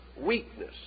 weakness